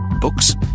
books